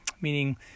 Meaning